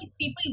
people